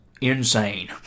insane